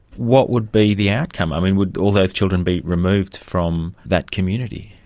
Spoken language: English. what would be the outcome? i mean, would all those children be removed from that community?